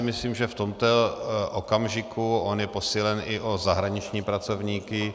Myslím, že v tomto okamžiku je posílen i o zahraniční pracovníky.